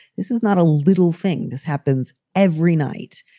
this is not a little thing. this happens every night.